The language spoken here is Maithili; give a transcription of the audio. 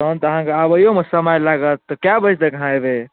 तहन तऽ अहाँके आबैयो मे समय लागत तऽ कए बजे तक अहाँ अयबै